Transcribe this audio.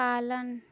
पालन